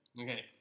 Okay